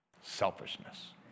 Selfishness